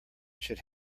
should